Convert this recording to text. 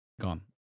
Gone